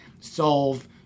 solve